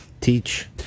Teach